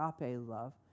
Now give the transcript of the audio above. love